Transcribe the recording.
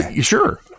Sure